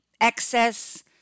excess